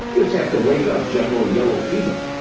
you just have to wake up general yellow fever.